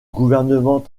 gouvernement